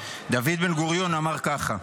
דוד בן-גוריון אמר ככה: